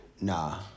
Nah